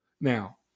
Now